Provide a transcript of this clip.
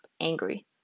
angry